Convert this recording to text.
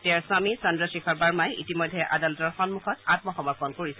তেওঁৰ স্বামী চন্দ্ৰ শেখৰ বাৰ্মাই ইতিমধ্যে আদালতৰ সমুখত আত্মসমৰ্পণ কৰিছে